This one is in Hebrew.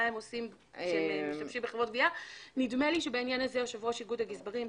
הם עושים נדמה לי שבעניין הזה יושב-ראש איגוד הגזברים,